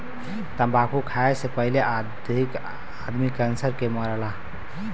तम्बाकू खाए से सबसे अधिक आदमी कैंसर से मरला